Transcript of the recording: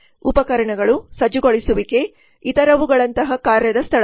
ಉಪಕರಣಗಳು ಸಜ್ಜುಗೊಳಿಸುವಿಕೆ ಇತರವುಗಳಂತಹ ಕಾರ್ಯದ ಸ್ಥಳ